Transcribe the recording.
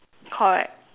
correct